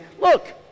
Look